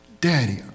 Daddy